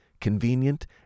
convenient